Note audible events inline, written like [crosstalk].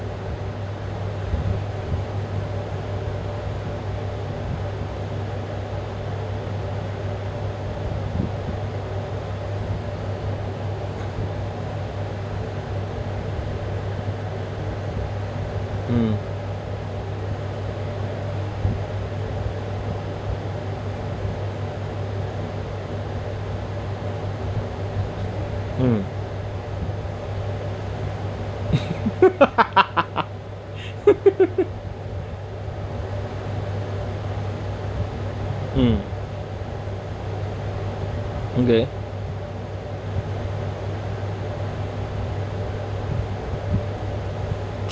mm mm [laughs] mm okay